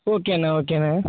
ஓகேண்ணா ஓகேண்ணா